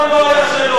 ייגמר הוויכוח.